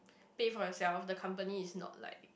pay for yourself the company is not like